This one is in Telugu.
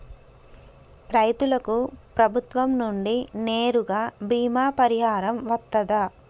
రైతులకు ప్రభుత్వం నుండి నేరుగా బీమా పరిహారం వత్తదా?